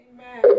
Amen